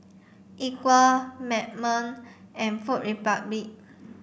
Equal Magnum and Food Republic